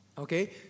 Okay